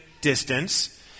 distance